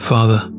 Father